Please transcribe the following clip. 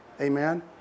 Amen